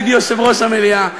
ידידי יושב-ראש המליאה,